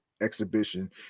exhibition